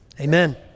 amen